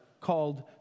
called